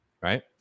Right